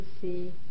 see